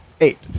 Eight